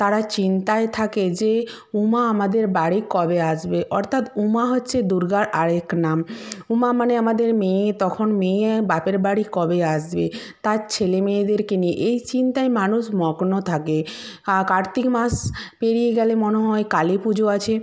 তারা চিন্তায় থাকে যে উমা আমাদের বাড়ি কবে আসবে অর্থাৎ উমা হচ্ছে দুর্গার আর এক নাম উমা মানে আমাদের মেয়ে তখন মেয়ে বাপের বাড়ি কবে আসবে তার ছেলে মেয়েদেরকে নিয়ে এই চিন্তায় মানুষ মগ্ন থাকে কার্তিক মাস পেরিয়ে গেলে মনে হয় কালী পুজো আছে